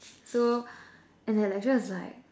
so and the lecturer was like